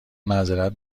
معذرت